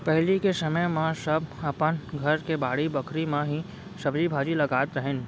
पहिली के समे म सब अपन घर के बाड़ी बखरी म ही सब्जी भाजी लगात रहिन